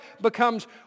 becomes